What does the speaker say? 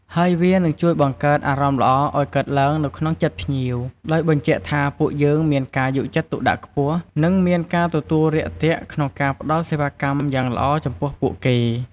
ហើយវានឹងជួយបង្កើតអារម្មណ៍ល្អឲ្យកើតឡើងនៅក្នុងចិត្តភ្ញៀវ ដោយបញ្ជាក់ថាពួកយើងមានការយកចិត្តទុកដាក់ខ្ពស់ និងមានការទទួលរាក់ទាក់ក្នុងការផ្តល់សេវាកម្មយ៉ាងល្អចំពោះពួកគេ។